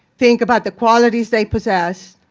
think about the qualities they possess,